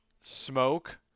smoke